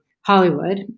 Hollywood